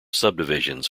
subdivisions